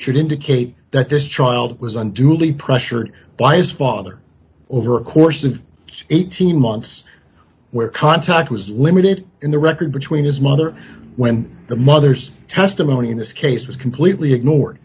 should indicate that this child was unduly pressured by his father over a course of eighteen months where contact was limited in the record between his mother when the mother's testimony in this case was completely ignored